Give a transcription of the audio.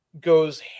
goes